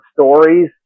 stories